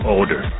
order